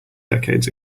decades